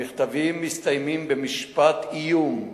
המכתבים מסתיימים במשפט איום: